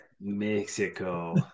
Mexico